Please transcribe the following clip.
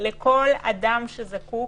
לכל אדם שזקוק